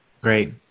Great